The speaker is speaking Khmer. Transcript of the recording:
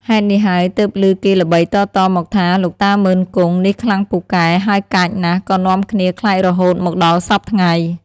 ហេតុនេះហើយទើបឮគេល្បីតៗមកថា លោកតាមុឺន-គង់ នេះខ្លាំងពូកែ ហើយកាចណាស់ ក៏នាំគ្នាខ្លាចរហូតមកដល់សព្វថ្ងៃ។